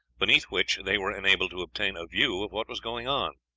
beneath which they were enabled to obtain a view of what was going on.